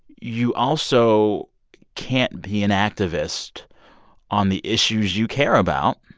you also can't be an activist on the issues you care about